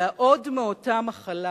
בעוד מאותה מחלה: